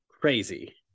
crazy